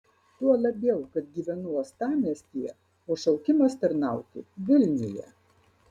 tuo labiau kad gyvenu uostamiestyje o šaukimas tarnauti vilniuje